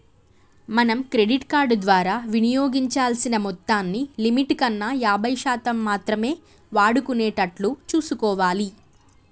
మనం credit card ద్వారా వినియోగించాల్సిన మొత్తాన్ని లిమిట్ కన్నా యాభై శాతం మాత్రమే వాడుకునేటట్లు చూసుకోవాలి